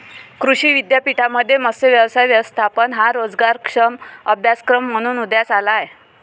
कृषी विद्यापीठांमध्ये मत्स्य व्यवसाय व्यवस्थापन हा रोजगारक्षम अभ्यासक्रम म्हणून उदयास आला आहे